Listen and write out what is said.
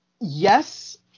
yes